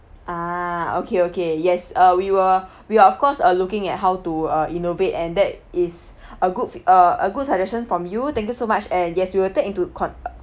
ah okay okay yes uh we were we are of course err looking at how to uh innovate and that is a good a a good suggestion from you thank you so much and yes we will take into con~